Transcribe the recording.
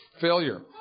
failure